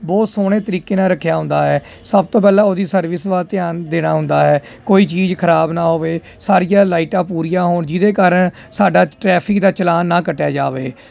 ਬਹੁਤ ਸੋਹਣੇ ਤਰੀਕੇ ਨਾਲ ਰੱਖਿਆ ਹੁੰਦਾ ਹੈ ਸਭ ਤੋਂ ਪਹਿਲਾਂ ਉਹਦੀ ਸਰਵਿਸ ਵੱਲ ਧਿਆਨ ਦੇਣਾ ਹੁੰਦਾ ਹੈ ਕੋਈ ਚੀਜ਼ ਖਰਾਬ ਨਾ ਹੋਵੇ ਸਾਰੀਆਂ ਲਾਈਟਾਂ ਪੂਰੀਆਂ ਹੋਣ ਜਿਹਦੇ ਕਾਰਨ ਸਾਡਾ ਟਰੈਫਿਕ ਦਾ ਚਲਾਨ ਨਾ ਕੱਟਿਆ ਜਾਵੇ